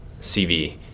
CV